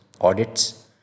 audits